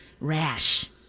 rash